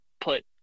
put